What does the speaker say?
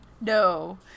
No